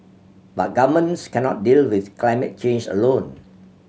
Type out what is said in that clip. but governments cannot deal with climate change alone